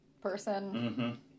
person